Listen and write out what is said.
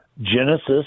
Genesis